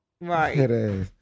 Right